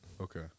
Okay